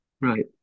Right